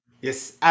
Yes